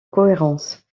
cohérence